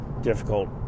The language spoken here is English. difficult